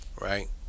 right